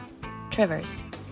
Trivers